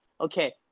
okay